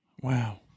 wow